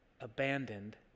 abandoned